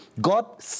God